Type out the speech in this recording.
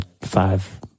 five